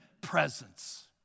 presence